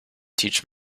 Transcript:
teach